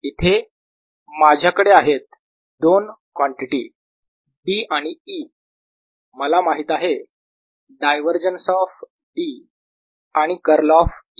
इथे माझ्याकडे आहेत दोन कॉन्टिटी D आणि E मला माहित आहे डायव्हरजन्स ऑफ D आणि कर्ल ऑफ E